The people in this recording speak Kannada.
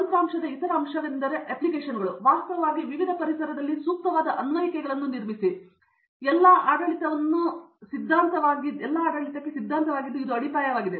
ತಂತ್ರಾಂಶದ ಇತರ ಅಂಶವೆಂದರೆ ಅಪ್ಲಿಕೇಶನ್ಗಳು ನೀವು ವಾಸ್ತವವಾಗಿ ವಿವಿಧ ಪರಿಸರದಲ್ಲಿ ಸೂಕ್ತವಾದ ಅನ್ವಯಿಕೆಗಳನ್ನು ನಿರ್ಮಿಸಿ ಮತ್ತು ಈ ಮೂರೂ ಎಲ್ಲಾ ಆಡಳಿತವನ್ನು ಸಿದ್ಧಾಂತವಾಗಿದ್ದು ಅದು ಅಡಿಪಾಯವಾಗಿದೆ